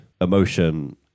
emotion